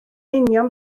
union